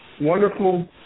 wonderful